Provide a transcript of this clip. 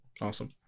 Awesome